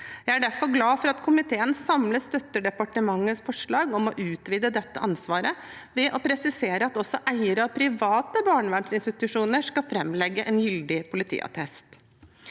Jeg er derfor glad for at komiteen samlet støtter departementets forslag om å utvide dette ansvaret ved å presisere at også eiere av private barnevernsinstitusjoner skal framlegge en gyldig politiattest.